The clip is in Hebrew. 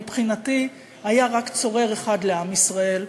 מבחינתי היה רק צורר אחד לעם ישראל,